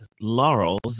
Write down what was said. laurels